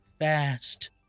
fast